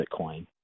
Bitcoin